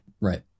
Right